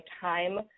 time